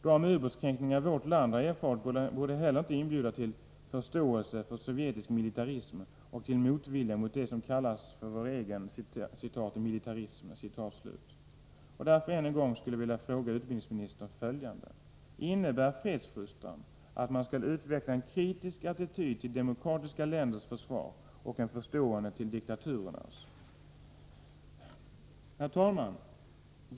De ubåtskränkningar vårt land har erfarit borde inte heller inbjuda till förståelse för sovjetisk militarism och motvilja mot det som kallas ”vår egen” militarism. Jag skulle därför än en gång vilja fråga utbildningsministern följande: Innebär fredsfostran att man skall utveckla en kritisk attityd till demokratiska länders försvar och en förstående till diktaturernas? Herr talman!